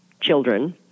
children